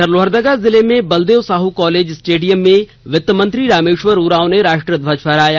वहीं लोहरदगा जिले में बलदेव साहू कॉलेज स्टेडियम में वित मंत्री रामेश्वर उरांव ने राष्ट्रीय ध्वज फहराया